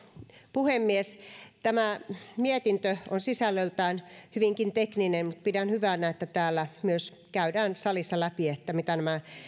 puhemies tämä mietintö on sisällöltään hyvinkin tekninen mutta pidän hyvänä että myös täällä salissa käydään läpi mitä nämä